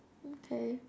okay